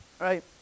right